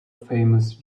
famous